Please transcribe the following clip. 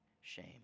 shame